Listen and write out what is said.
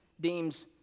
deems